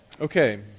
Okay